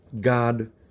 God